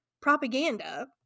propaganda